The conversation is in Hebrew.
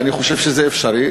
ואני חושב שזה אפשרי.